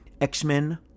X-Men